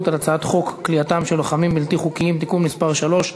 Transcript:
על הצעת חוק כליאתם של לוחמים בלתי חוקיים (תיקון מס' 3),